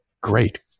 great